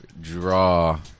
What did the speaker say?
draw